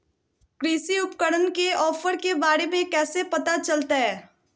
कृषि उपकरण के ऑफर के बारे में कैसे पता चलतय?